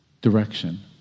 direction